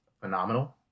phenomenal